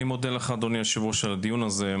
אני מודה לך על הדיון הזה,